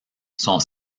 sont